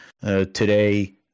today